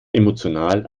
emotional